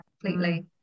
completely